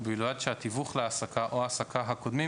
ובלבד שהתיווך להעסקה או ההעסקה הקודמים